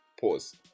Pause